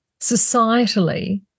societally